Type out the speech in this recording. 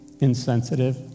insensitive